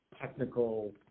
technical